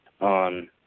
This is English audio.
on